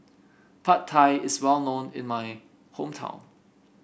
Pad Thai is well known in my hometown